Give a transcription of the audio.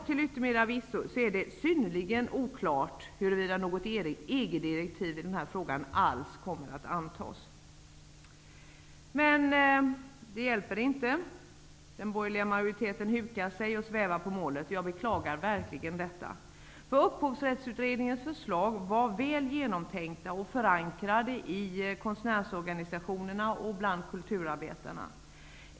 Till yttermera visso är det synnerligen oklart huruvida något EG direktiv i frågan alls kommer att antas. Men det hjälper inte. Den borgerliga majoriteten hukar sig och svävar på målet. Jag beklagar verkligen detta. Upphovsrättsutredningens förslag var väl genomtänkta och förankrade i konstnärsorganisationerna och bland kulturarbetarna.